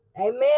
Amen